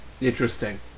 Interesting